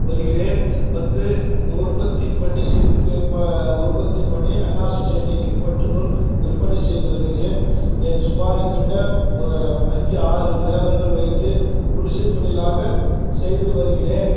வருகிறேன் வந்து இங்கே உற்பத்தி பண்ணி சில்க்கு உற்பத்தி பண்ணி அண்ணா சுசைட்டிக்கு பட்டு நூல் விற்பனை செய்து வருகிறேன் ஏன் சுமார் என் கிட்ட அஞ்சி ஆறு லேபர்கள் வைத்து குடிசை தொழிலாக செய்து வருகிறேன்